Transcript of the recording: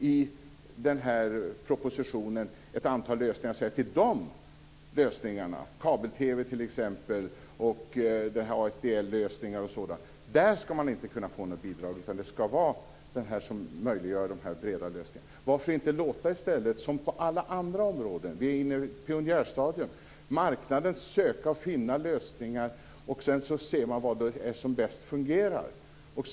I den här propositionen exkluderar man ett antal lösningar och säger att man när det gäller t.ex. kabel-TV, ADSL och sådant inte ska kunna få något bidrag, utan det ska vara den här som möjliggör de här breda lösningarna. Vi är nu i ett pionjärstadium. Varför inte, som på alla andra områden, i stället låta marknaden söka och finna lösningar och sedan se vad som fungerar bäst?